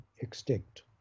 extinct